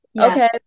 okay